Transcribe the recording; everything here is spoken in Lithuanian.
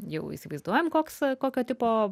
jau įsivaizduojam koks kokio tipo